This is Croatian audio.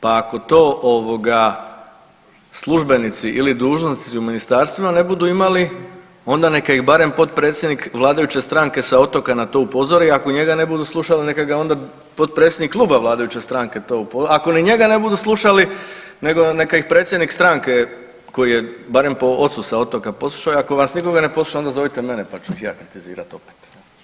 Pa ako to ovoga službenici ili dužnosnici u ministarstvima ne budu imali onda neka ih barem potpredsjednik vladajuće stranke sa otoka na to upozori ako njega ne budu slušali, neka ga onda potpredsjednik kluba vladajuće stranke to upozori, ako ni njega ne budu slušali nego neka ih predsjednik stranke koji je barem po ocu sa otoka Posušaja, ako vas nikoga ne posluša onda zovite mene pa ću ih ja kritizirat opet.